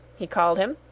he called him,